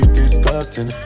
disgusting